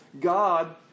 God